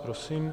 Prosím.